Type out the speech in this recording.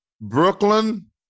Brooklyn